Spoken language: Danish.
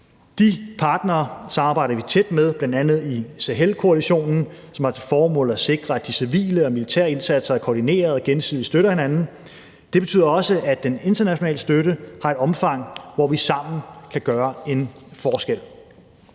De partnere samarbejder vi tæt med bl.a. i Sahelkoalitionen, som har til formål at sikre, at de civile og militære indsatser er koordinerede og gensidigt støtter hinanden. Det betyder også, at den internationale støtte har et omfang, hvor vi sammen kan gøre en forskel.